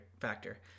factor